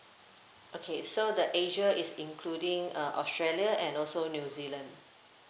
okay so the asia is including uh australia and also new zealand